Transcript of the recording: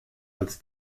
als